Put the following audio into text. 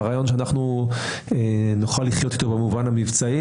הרעיון שאנחנו נוכל לחיות איתו במובן המבצעי